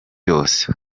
yose